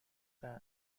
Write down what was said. rank